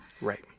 Right